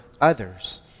others